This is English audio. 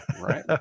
right